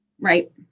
Right